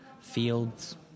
fields